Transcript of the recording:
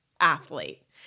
athlete